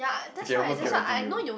I can almost guarantee you